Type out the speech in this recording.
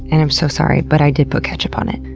and i'm so sorry, but i did put ketchup on it.